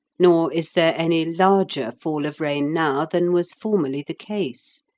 nor is there any larger fall of rain now than was formerly the case.